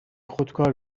خودکار